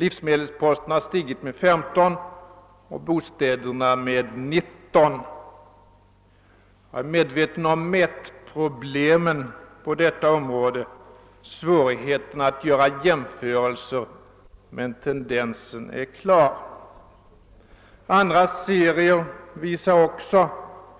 Livsmedelskostnaderna har stigit med 15 procent och boendekostnaderna med 19 procent. Jag är medveten om mätproblemen på detta område, och svårigheterna att göra jämförelser, men tendensen är klar. Andra serier visar också